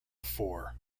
four